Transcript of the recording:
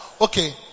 Okay